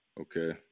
Okay